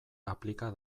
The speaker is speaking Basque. aplika